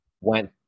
went